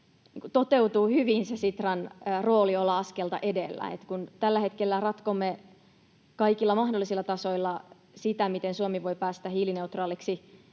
toteutuu hyvin se Sitran rooli olla askelta edellä. Kun tällä hetkellä ratkomme kaikilla mahdollisilla tasoilla sitä, miten Suomi voi päästä hiilineutraaliksi